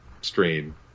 stream